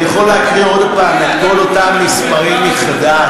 אני יכול להקריא עוד הפעם את כל אותם מספרים מחדש,